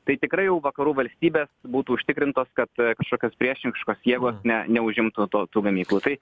tai tikrai jau vakarų valstybės būtų užtikrintos kad kažkokios priešiškos jėgos ne neužimtų to tų gamyklų tai